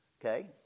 Okay